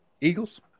Eagles